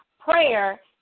prayer